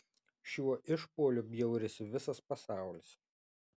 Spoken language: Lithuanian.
šiuo išpuoliu bjaurisi visas pasaulis